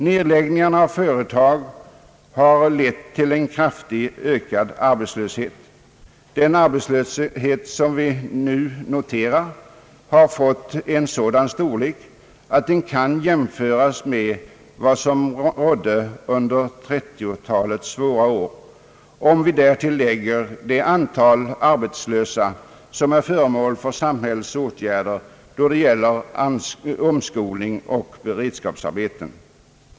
Nedläggningarna av företag har lett till en kraftigt ökad arbetslöshet, en arbetslöshet som vi nu noterar har nått en sådan storlek att den — om vi inräknar det antal arbetslösa som är föremål för samhällets åtgärder genom omskolning och beredskapsarbeten — kan jämföras med vad som rådde under 1930-talets svåra år.